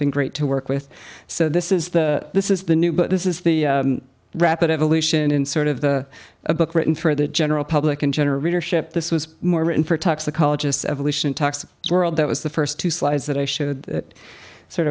been great to work with so this is the this is the new but this is the rapid evolution in sort of the a book written for the general public in general readership this was more written for toxicologists evolution talks world that was the first two slides that i should that sort